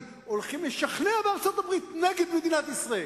הולכים לשכנע בארצות-הברית נגד מדינת ישראל